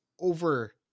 over